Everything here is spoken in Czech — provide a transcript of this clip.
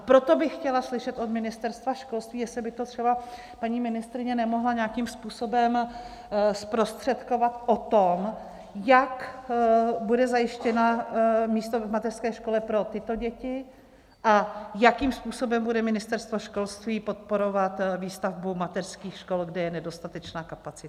Proto bych chtěla slyšet od Ministerstva školství jestli by to třeba paní ministryně nemohla nějakým způsobem zprostředkovat o tom, jak bude zajištěno místo v mateřské škole pro tyto děti a jakým způsobem bude Ministerstvo školství podporovat výstavbu mateřských škol, kde je nedostatečná kapacita.